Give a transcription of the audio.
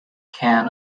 can